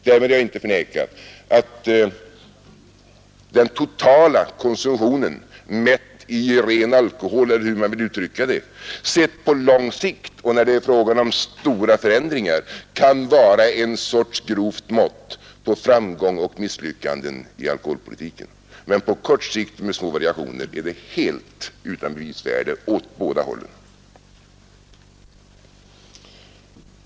Därmed vill jag inte förneka att den totala konsumtionen, mätt i ren alkohol eller hur man vill uttrycka den, sedd på lång sikt och när det är fråga om stora förändringar, kan vara en sorts grovt mått på framgång eller misslyckanden i alkoholpolitiken. På kort sikt och med små variationer är den helt utan bevisvärde åt båda hållen.